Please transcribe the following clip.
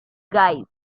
guys